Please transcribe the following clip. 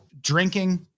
drinking